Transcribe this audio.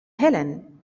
helene